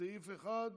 סעיף 1